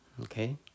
okay